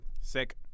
Sick